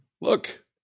Look